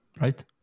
right